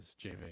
JV